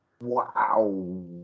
wow